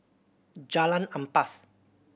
Jalan Ampas